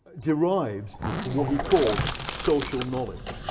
derives from what he called social knowledge.